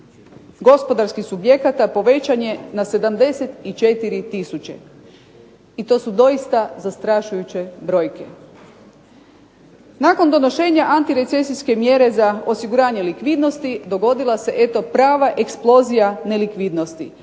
gospodarskih subjekata povećan je na 74 tisuće. I to su doista zastrašujuće brojke. Nakon donošenja antirecesijske mjere za osiguranje likvidnosti dogodila se eto prava eksplozija nelikvidnosti.